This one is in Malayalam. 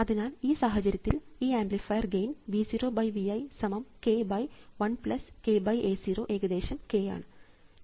അതിനാൽ ഈ സാഹചര്യത്തിൽ ഈ amplifier gain V 0 V i സമം k 1 k A 0 ഏകദേശം k ആണ്